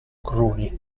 cruni